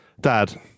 Dad